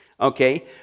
Okay